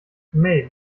mei